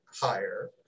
higher